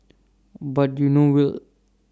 but you know will